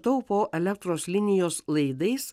taupo elektros linijos laidais